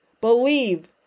believe